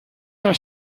der